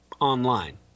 online